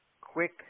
quick